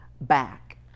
back